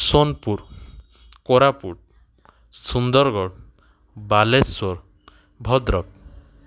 Sonepur Koraput Sundargarh Baleswar Bhadrak